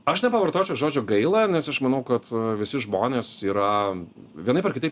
aš nepavartočiau žodžio gaila nes aš manau kad visi žmonės yra vienaip ar kitaip